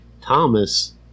Thomas